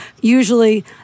usually